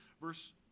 verse